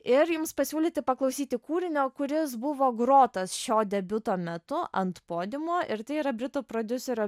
ir jums pasiūlyti paklausyti kūrinio kuris buvo grotas šio debiuto metu ant podiumo ir tai yra britų prodiuserio